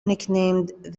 nicknamed